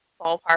ballpark